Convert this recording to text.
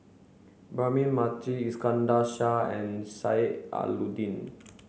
Mathi Iskandar and Sheik Alau'ddin